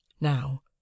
Now